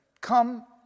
come